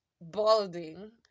balding